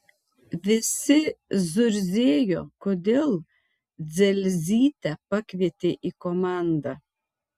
visi zurzėjo kodėl dzelzytę pakvietė į komandą